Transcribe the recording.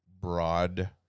broad